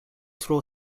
tro